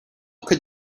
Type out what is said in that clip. could